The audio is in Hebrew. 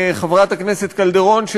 חברת הכנסת קלדרון,